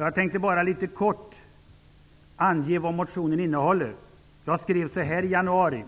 Jag tänkte bara litet kort ange motionens innehåll. Jag skrev följande i januari: